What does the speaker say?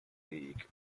league